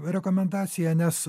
rekomendacija nes